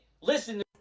Listen